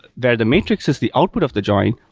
the the matrix is the output of the join,